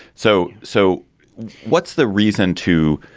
so so what's the reason to.